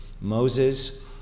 Moses